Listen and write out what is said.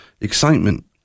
excitement